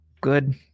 good